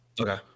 Okay